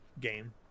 game